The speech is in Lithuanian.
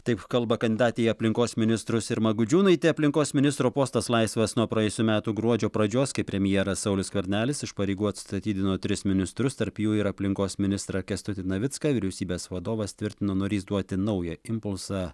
taip kalba kandidatė į aplinkos ministrus irma gudžiūnaitė aplinkos ministro postas laisvas nuo praėjusių metų gruodžio pradžios kai premjeras saulius skvernelis iš pareigų atstatydino tris ministrus tarp jų ir aplinkos ministrą kęstutį navicką vyriausybės vadovas tvirtino norįs duoti naują impulsą